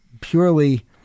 purely